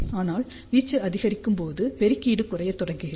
ஆனால் வீச்சு அதிகரிக்கும் போது பெருக்கீடு குறையத் தொடங்குகிறது